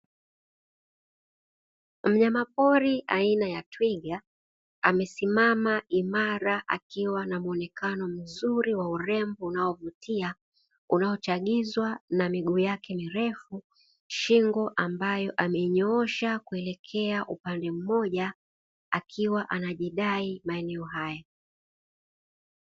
Mnyamapori aina ya Twiga amesimama imara akiwa na muonekano mzuri wa urembo unaovutia, unaochagizwa na miguu yake mirefu, shingo ambayo amenyoosha kuelekea upande mmoja akiwa anajidai maeneo haya.